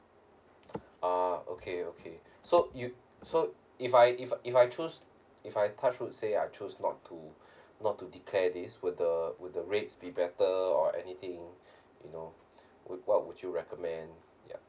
ah okay okay so you so if I if I if I choose if I touch wood say I choose not to not to declare this would the would the rates be better or anything you know would what would you recommend ya